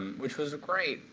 um which was great.